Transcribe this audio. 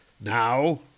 Now